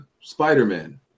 Spider-Man